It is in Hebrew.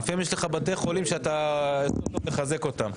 לפעמים יש לך בתי חולים שאתה --- מחזק אותם.